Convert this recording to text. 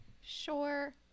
Sure